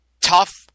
tough